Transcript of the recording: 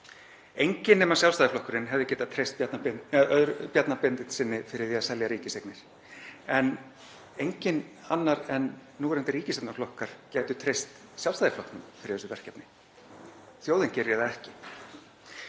Enginn nema Sjálfstæðisflokkurinn hefði getað treyst Bjarna Benediktssyni fyrir því að selja ríkiseignir en engir aðrir en núverandi ríkisstjórnarflokkar gætu treyst Sjálfstæðisflokknum fyrir þessu verkefni. Þjóðin gerir það ekki.